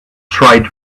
tried